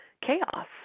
chaos